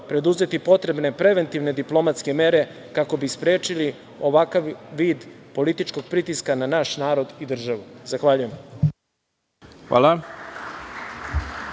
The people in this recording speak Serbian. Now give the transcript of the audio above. preduzeti potrebne preventivne diplomatske mere kako bi sprečili ovakav vid političkog pritiska na naš narod i državu? Zahvaljujem. **Ivica